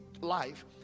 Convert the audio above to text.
life